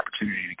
opportunity